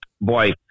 boy